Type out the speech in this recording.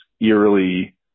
eerily